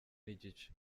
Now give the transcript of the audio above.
n’igice